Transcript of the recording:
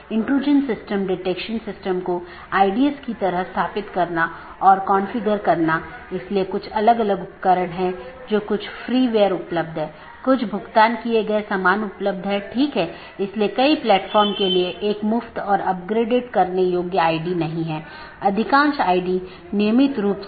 क्योंकि पूर्ण मेश की आवश्यकता अब उस विशेष AS के भीतर सीमित हो जाती है जहाँ AS प्रकार की चीज़ों या कॉन्फ़िगरेशन को बनाए रखा जाता है